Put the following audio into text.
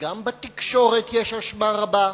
וגם בתקשורת יש אשמה רבה,